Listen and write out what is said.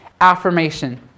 affirmation